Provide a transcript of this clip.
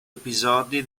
episodi